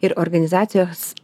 ir organizacijos